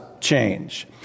change